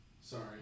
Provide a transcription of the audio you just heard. Sorry